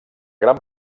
gran